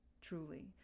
truly